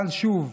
אבל שוב,